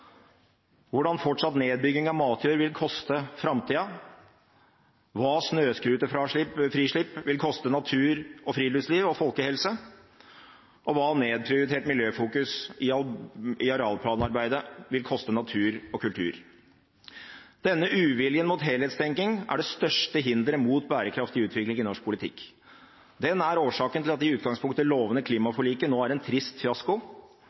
hvordan fortsatt nedbygging av matjord vil koste framtida, hva snøscooterfrislipp vil koste natur, friluftsliv og folkehelse, og hva nedprioritert miljøfokus i arealplanarbeidet vil koste natur og kultur. Denne uviljen mot helhetstenking er det største hinderet mot bærekraftig utvikling i norsk politikk. Den er årsaken til at det i utgangspunktet lovende klimaforliket nå er en trist fiasko.